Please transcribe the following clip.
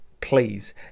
please